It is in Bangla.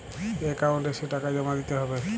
একাউন্ট এসে টাকা জমা দিতে হবে?